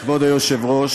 כבוד היושב-ראש,